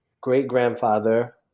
great-grandfather